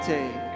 Take